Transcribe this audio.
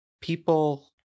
people